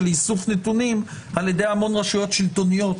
איסוף נתונים על-ידי המון רשויות שלטוניות.